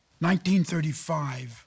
1935